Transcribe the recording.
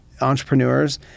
entrepreneurs